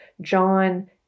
John